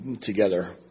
together